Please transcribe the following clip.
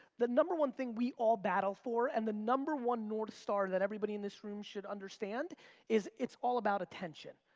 the number one thing we all battle for and the number one north star that everybody in this room should understand is, it's all about attention.